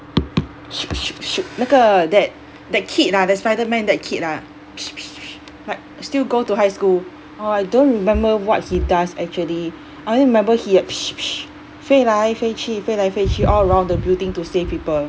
那个 that that kid lah that spider man that kid lah but still go to high school oh I don't remember what he does actually I only remember he 飞来飞去飞来飞去 all around the building to save people